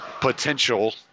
potential